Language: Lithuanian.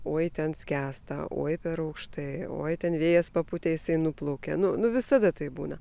oi ten skęsta oi per aukštai oi ten vėjas papūtė jisai nuplaukė nu nu visada taip būna